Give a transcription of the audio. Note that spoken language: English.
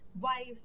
wife